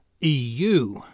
EU